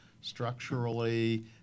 structurally